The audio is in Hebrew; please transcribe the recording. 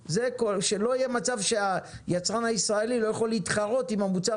שלא יהיה מצב שהיצרן הישראלי לא יכול להתחרות עם המוצר